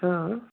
हाँ